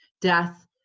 death